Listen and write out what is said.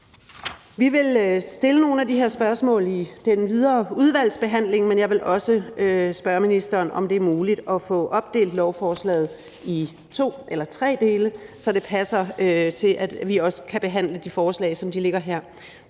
Vi vil stille nogle af de her spørgsmål i den videre udvalgsbehandling, men jeg vil også spørge ministeren, om det er muligt at få opdelt lovforslaget i to eller tre dele, så det også passer til, at vi kan behandle de forslag, som de ligger her.